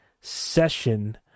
session